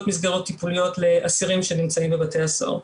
מסגרות טיפוליות לאסירים שנמצאים בבתי הספר.